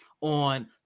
on